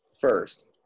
First